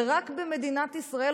ורק במדינת ישראל,